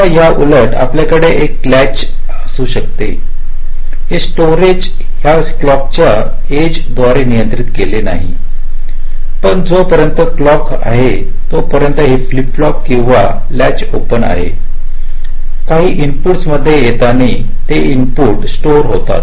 आता याउलट आपल्याकडे एक ल्याच असू शकते हे स्टोरेज या क्लॉकच्या एज द्वारे नियंत्रित केलेले नाही पण जोपर्यंत क्लॉकहाय आहे तोपर्यंत हे फ्लिप फ्लॉप किंवा ल्याच ओपन आहे काही इनपुट मध्ये येताना ते इनपुट किे स्टोअर होतात